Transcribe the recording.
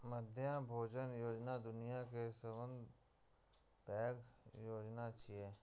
मध्याह्न भोजन योजना दुनिया के सबसं पैघ योजना छियै